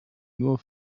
nur